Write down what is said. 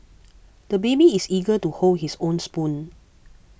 the baby is eager to hold his own spoon